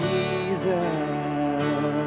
Jesus